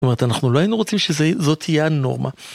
זאת אומרת, אנחנו לא היינו רוצים שזאת תהיה הנורמה.